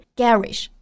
garish